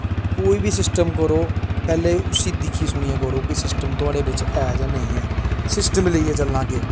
कोई बी सिस्टम करो पैह्लें उसी दिक्खी सुनियै करो कि सिस्टम थुआढ़े बिच ऐ जां नेईं ऐ सिस्टम गी लेइयै चलना अग्गें